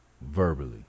verbally